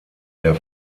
der